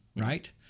right